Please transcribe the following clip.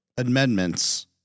amendments